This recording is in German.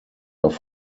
auf